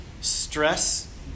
stress